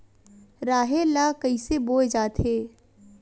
राहेर ल कइसे बोय जाथे?